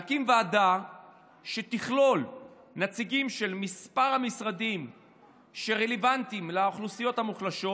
להקים ועדה שתכלול נציגים של המשרדים הרלוונטיים לאוכלוסיות המוחלשות.